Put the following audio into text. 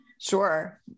Sure